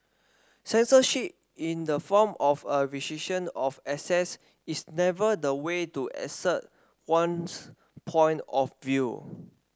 censorship in the form of a restriction of access is never the way to assert one's point of view